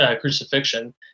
crucifixion